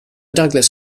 douglas